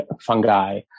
fungi